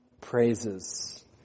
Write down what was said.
praises